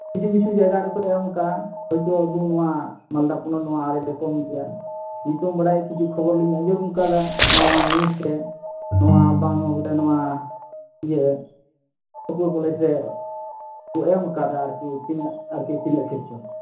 ᱠᱤᱪᱷᱩ ᱠᱤᱪᱷᱩ ᱡᱟᱭᱜᱟ ᱨᱮᱠᱚ ᱮᱢ ᱠᱟᱜᱼᱟ ᱦᱳᱭᱛᱳ ᱟᱵᱚ ᱱᱚᱣᱟ ᱢᱟᱞᱫᱟ ᱯᱚᱱᱚᱛ ᱱᱚᱣᱟ ᱟᱲᱮ ᱨᱮ ᱠᱚᱢ ᱜᱮᱭᱟ ᱠᱤᱱᱛᱩ ᱵᱟᱲᱟᱭ ᱦᱚᱪᱚ ᱠᱷᱚᱵᱚᱨ ᱞᱤᱧ ᱟᱸᱡᱚᱢ ᱟᱠᱟᱫᱟ ᱱᱚᱣᱟ ᱱᱤᱭᱩᱡ ᱨᱮ ᱱᱚᱣᱟ ᱵᱟᱝᱢᱟ ᱱᱚᱣᱟ ᱤᱭᱟᱹ ᱟᱹᱠᱩᱣᱟᱹ ᱠᱚᱞᱮᱡᱽ ᱨᱮ ᱮᱢ ᱟᱠᱟᱫᱟ ᱟᱨᱠᱤ ᱛᱤᱱᱟᱹᱜ ᱟᱨᱠᱤ ᱛᱤᱱᱟᱹᱜ ᱥᱮᱡ ᱪᱚᱝ